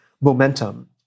momentum